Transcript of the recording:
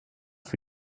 für